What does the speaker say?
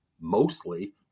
mostly